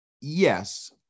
Yes